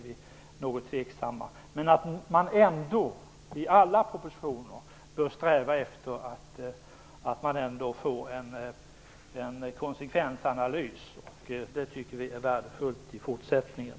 Men man bör ändå i alla propositioner sträva efter en konsekvensanalys. Det tycker vi är värdefullt i fortsättningen.